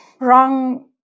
wrong